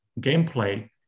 gameplay